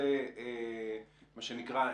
מה שנקרא,